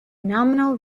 nominal